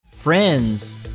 Friends